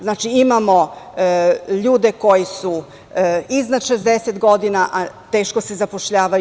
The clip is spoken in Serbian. Znači, imamo ljude koji su iznad 60 godina, a teško se zapošljavaju.